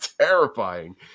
terrifying